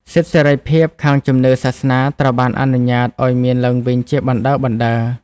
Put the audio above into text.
សិទ្ធិសេរីភាពខាងជំនឿសាសនាត្រូវបានអនុញ្ញាតឱ្យមានឡើងវិញជាបណ្តើរៗ។